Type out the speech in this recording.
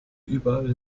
überall